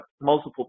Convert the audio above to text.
multiple